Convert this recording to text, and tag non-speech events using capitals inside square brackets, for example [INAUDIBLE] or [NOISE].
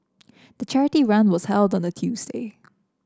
the charity run was [UNINTELLIGIBLE] a Tuesday